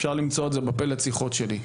ואפשר למצוא את זה בפלט השיחות שלי.